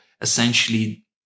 essentially